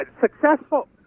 successful